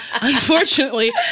Unfortunately